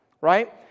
Right